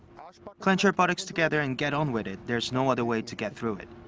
clench your buttocks together and get on with it. there's no other way to get through it.